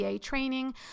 training